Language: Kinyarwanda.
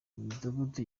imidugudu